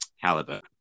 caliber